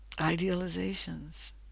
idealizations